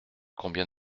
combien